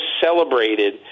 celebrated